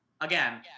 again